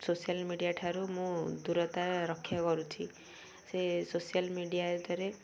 social media ଠାରୁ ମୁଁ ଦୂରତା ରକ୍ଷା କରୁଛି ସେ ସୋସିଆଲ୍ ମିଡ଼ିଆ ଥେରେ